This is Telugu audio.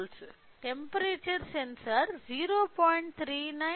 temperature sensor 0